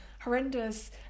horrendous